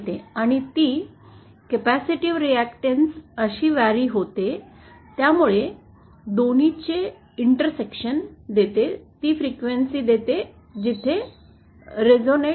आणि ती capacitive reactance अशी वेरि होते त्यामुळे २ नी चे इंटरसेक्शन ती फ्रेक्युएंसी देते जिथे ते रेसोनेट होते